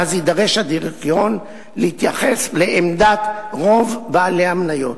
שאז יידרש הדירקטוריון להתייחס לעמדת רוב בעלי המניות.